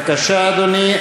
בבקשה, אדוני.